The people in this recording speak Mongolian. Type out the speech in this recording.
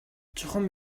чухам